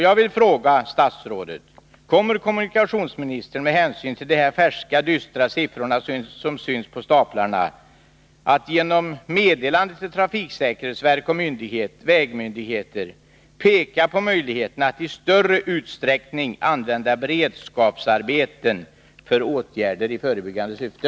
Jag vill fråga statsrådet: Kommer kommunikationsministern, med hänsyn till de här färska, dystra siffrorna som syns på staplarna, att genom meddelande till trafiksäkerhetsverket och vägmyndigheterna peka på möjligheterna att i större utsträckning använda beredskapsarbeten för åtgärder i förebyggande syfte?